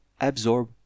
absorb